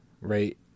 right